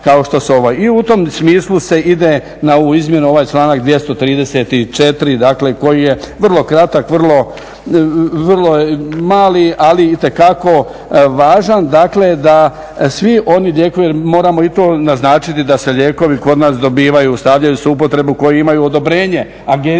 I u tom smislu se ide na ovu izmjenu, ovaj članak 234.koji je vrlo kratak, vrlo je mali ali itekako važan, dakle da svi oni lijekovi jer moramo i to naznačiti da se lijekovi kod nas dobivaju i stavljaju se u upotrebu koji imaju odobrenje Agencije